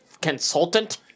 consultant